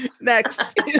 Next